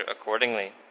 accordingly